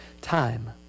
time